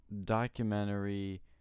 documentary